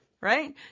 right